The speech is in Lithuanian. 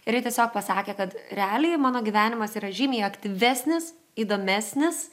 ir ji tiesiog pasakė kad realiai mano gyvenimas yra žymiai aktyvesnis įdomesnis